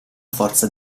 forza